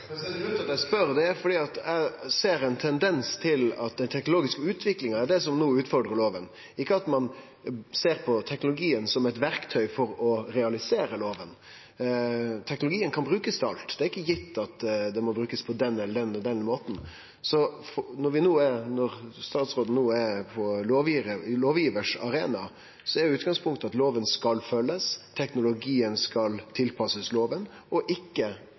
til at eg spør, er at eg ser ein tendens til at den teknologiske utviklinga er det som no utfordrar lova, ikkje at ein ser på teknologien som eit verktøy for å realisere lova. Teknologien kan brukast til alt, det er ikkje gitt at han må brukast på den eller den måten. Når statsråden no er på lovgivaren sin arena, er utgangspunktet at lova skal følgjast og teknologien tilpassast lova, ikkje omvendt. Er statsråden einig i det prinsippet? Ja, jeg er